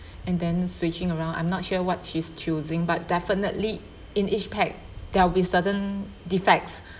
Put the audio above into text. and then switching around I'm not sure what she's choosing but definitely in each pack there will be certain defects